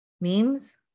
memes